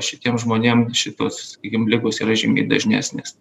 šitiem žmonėm šitos sakykim ligos yra žymiai dažnesnės